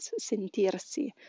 sentirsi